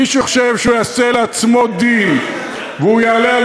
מי שחושב שהוא יעשה לעצמו דין והוא יעלה על